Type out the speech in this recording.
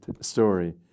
story